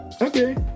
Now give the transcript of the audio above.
okay